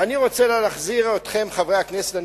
ואני רוצה להחזיר אתכם, חברי הכנסת הנכבדים,